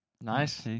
Nice